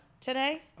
today